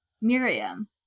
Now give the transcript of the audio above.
Miriam